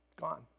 Gone